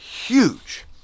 Huge